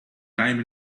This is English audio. time